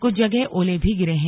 कुछ जगह ओले भी गिरे हैं